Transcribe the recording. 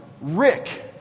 Rick